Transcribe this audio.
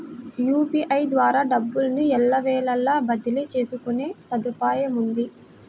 UPI ద్వారా డబ్బును ఎల్లవేళలా బదిలీ చేసుకునే సదుపాయముంది